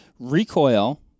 Recoil